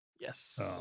Yes